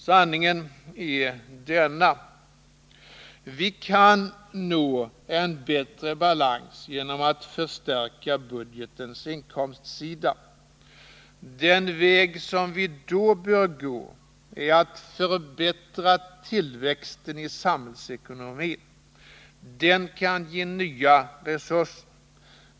Sanningen är denna: Vi kan nå bättre balans genom att förstärka budgetens inkomstsida. Den väg vi då bör gå är att förbättra tillväxten i samhällsekonomin. Den kan ge nya resurser.